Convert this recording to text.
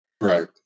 Right